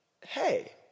hey